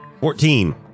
Fourteen